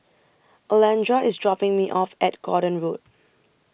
Alondra IS dropping Me off At Gordon Road